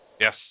Yes